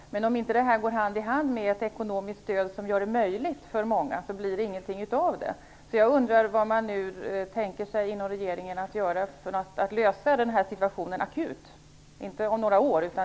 Men om den inte går hand i hand med ett ekonomiskt stöd som gör det möjligt att studera för många så blir det ingenting av ambitionen.